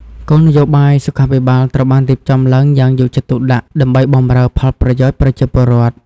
គោលនយោបាយសុខាភិបាលត្រូវបានរៀបចំឡើងយ៉ាងយកចិត្តទុកដាក់ដើម្បីបម្រើប្រយោជន៍ប្រជាពលរដ្ឋ។